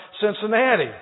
Cincinnati